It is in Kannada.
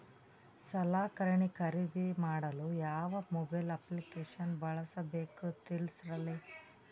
ಸಲಕರಣೆ ಖರದಿದ ಮಾಡಲು ಯಾವ ಮೊಬೈಲ್ ಅಪ್ಲಿಕೇಶನ್ ಬಳಸಬೇಕ ತಿಲ್ಸರಿ?